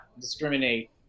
discriminate